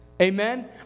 Amen